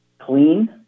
clean